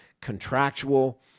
contractual